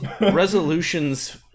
resolutions